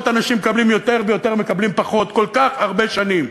אנשים מקבלים יותר ויותר מקבלים פחות כל כך הרבה שנים.